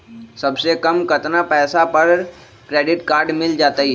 सबसे कम कतना पैसा पर क्रेडिट काड मिल जाई?